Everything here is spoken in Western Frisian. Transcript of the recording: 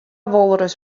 wolris